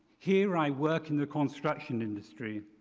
here i work in the construction industry.